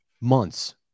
months